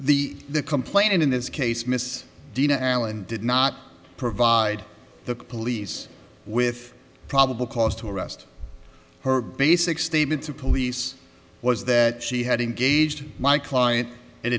the complaint and in this case mrs dean allen did not provide the police with probable cause to arrest her basic statement to police was that she had engaged my client and